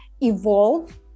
evolve